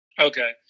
Okay